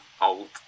old